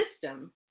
system